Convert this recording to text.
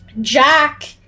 Jack